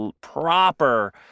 proper